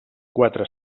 quatre